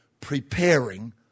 preparing